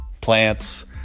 Plants